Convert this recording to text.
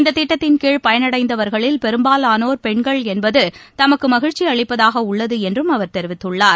இந்ததிட்டத்தின்கீழ் பயனடைந்தவர்களில் பெரும்பாலானோர் மகளிர் என்பதுதமக்குமகிழ்ச்சிஅளிப்பதாகஉள்ளதுஎன்றும் அவர் தெரிவித்துள்ளார்